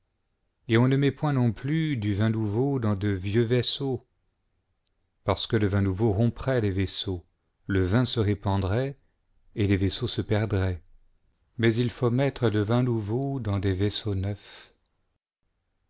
et on ne met point non plus du vin nouveau dans de vieux vaisseaux parce que le vin nouveau romprait les vaisseaux le vin se répandrait et les vaisseaux se perdraient mais il faut mettre le vin nouveau dans des vaisseaux neufs